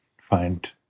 find